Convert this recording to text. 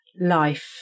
life